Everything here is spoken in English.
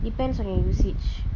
depends on your usage